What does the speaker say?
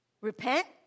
Repent